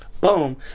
boom